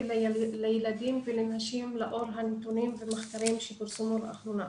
לילדים ולנשים לאור הנתונים ומחקרים שפורסמו לאחרונה.